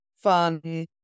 fun